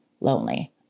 lonely